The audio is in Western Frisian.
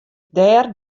dêr